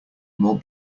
more